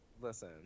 Listen